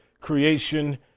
creation